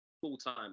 full-time